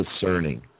discerning